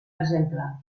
exemple